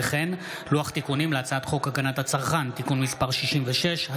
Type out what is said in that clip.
וכן לוח תיקונים להצעת חוק הגנת הצרכן (תיקון מס' 66),